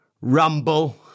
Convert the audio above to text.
Rumble